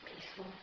Peaceful